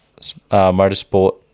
motorsport